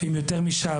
לפעמים יותר משעה,